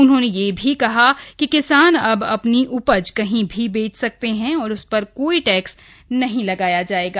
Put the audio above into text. उन्होंने यह भी कहा कि किसान अब अपनी उपज कहीं भी बेच सकते हैं और उस पर कोई टैक्स नहीं लगाया जाएगा